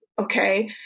okay